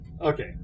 Okay